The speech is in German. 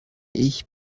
ich